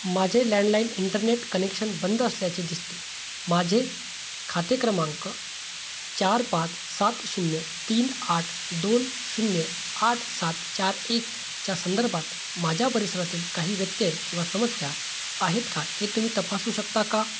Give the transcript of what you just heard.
माझे landline internet connection बंद असल्याचे दिसते माझे खाते क्रमांक चार पाच सात शून्य तीन आठ दोन शून्य आठ सात चार एक च्या संदर्भात माझ्या परिसरातील काही व्यत्यय किंवा समस्या आहेत का हे तुम्ही तपासू शकता का